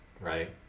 right